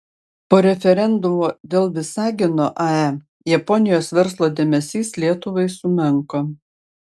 po referendumo dėl visagino ae japonijos verslo dėmesys lietuvai sumenko